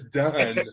done